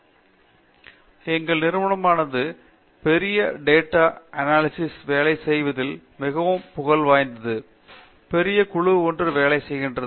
பேராசிரியர் சத்யநாராயண நா குமாடி எங்கள் நிறுவனமானது பெரிய டேட்டா அனாலிசிஸ் வேலை செய்வதில் மிகவும் புகழ் பெற்றது பெரிய குழு ஒன்று வேலை செய்கிறது